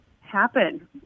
happen